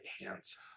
hands